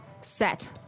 set